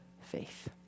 faith